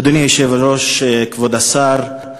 אדוני היושב-ראש, כבוד השר,